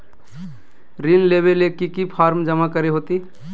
ऋण लेबे ले की की फॉर्म जमा करे होते?